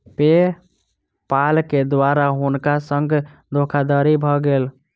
पे पाल के द्वारा हुनका संग धोखादड़ी भ गेल